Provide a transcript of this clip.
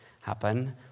happen